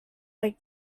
like